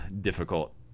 difficult